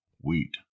wheat